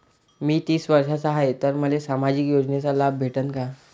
मी तीस वर्षाचा हाय तर मले सामाजिक योजनेचा लाभ भेटन का?